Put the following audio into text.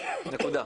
נקודה.